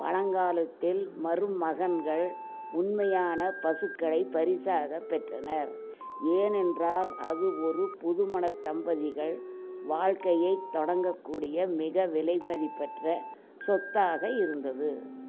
பழங்காலத்தில் மருமகன்கள் உண்மையான பசுக்களைப் பரிசாகப் பெற்றனர் ஏனென்றால் அது ஒரு புதுமணத் தம்பதிகள் வாழ்க்கையைத் தொடங்கக்கூடிய மிக விலைமதிப்பற்ற சொத்தாக இருந்தது